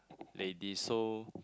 lady so